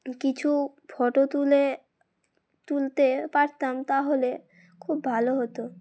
কিছু ফটো তুলে তুলতে পারতাম তাহলে খুব ভালো হতো